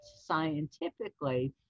scientifically